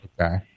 Okay